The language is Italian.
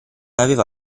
aveva